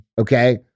Okay